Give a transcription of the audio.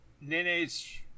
Nene's